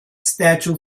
statue